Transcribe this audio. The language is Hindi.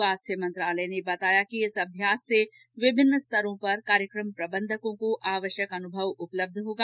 स्वास्थ्य मंत्रालय ने बताया कि दो दिन के इस अभ्यास से विभिन्न स्तरों पर कार्यक्रम प्रबंधकों को आवश्यक अनुभव उपलब्ध होगा